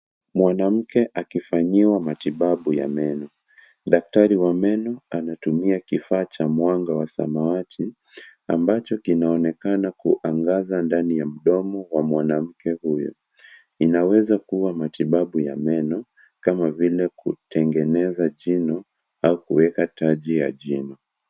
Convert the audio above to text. Mwanamke akifanyiwa matibabu ya meno. Daktari wa meno ametumia kifaa cha mwanga wa samawati. Ambacho kinaonekana kuangaza ndani ya mdomo wa mwanamke huyo. Inaweza kuwa matibabu ya meno kama vile kutengeneza jina au kuweka taji ya jini.